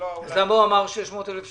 למה הוא אמר 600,000 שקלים?